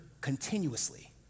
continuously